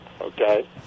okay